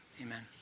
amen